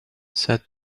said